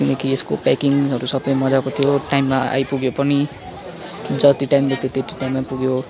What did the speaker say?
किनकि यसको प्याकिङहरू सबै मज्जाको थियो टाइममा आइपुगे पनि जति टाइम दिएको थियो त्यति टाइममा पुग्यो